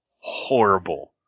horrible